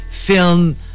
film